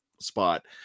spot